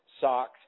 socks